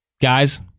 guys